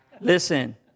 Listen